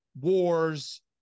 wars